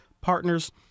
partners